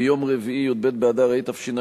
בבקשה.